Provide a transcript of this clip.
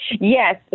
Yes